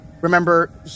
Remember